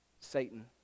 satan